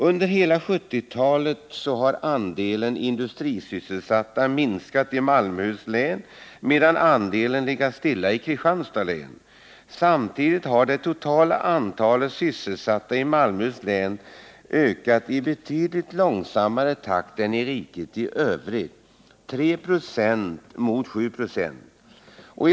Under hela 1970-talet har andelen industrisysselsatta minskat i Malmöhus län, medan andelen legat stilla i Kristianstads län. Samtidigt har det totala antalet sysselsatta i Malmöhus län ökat i betydligt långsammare takt än i riket i övrigt, med 3 ?6 mot 7 26.